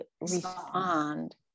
respond